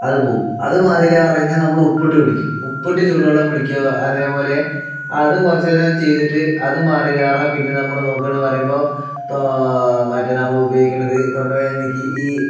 അതുപോകും അത് മാറിയില്ല എന്നു പറഞ്ഞു കഴിഞ്ഞാൽ നമ്മൾ ഉപ്പിട്ട് പിടിക്കും ഉപ്പിട്ട് ചൂടു വെള്ളം പിടിക്കുക അതേപോലെ അതും കുറച്ചുനേരം ചെയ്തിട്ട് അതും മാറിയില്ല പറഞ്ഞാൽ പിന്നെ നമ്മൾ നോക്കുകയാണ് പറയുമ്പോൾ ഇപ്പോൾ മറ്റേ നമ്മൾ ഉപയോഗിക്കണത് തൊണ്ട വേദനയ്ക്ക് ഈ